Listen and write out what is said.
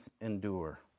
endure